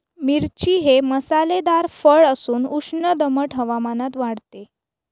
मिरची हे मसालेदार फळ असून उष्ण दमट हवामानात वाढते